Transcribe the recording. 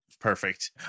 Perfect